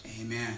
amen